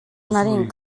нарын